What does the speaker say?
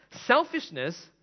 Selfishness